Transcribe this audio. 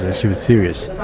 ah she was serious.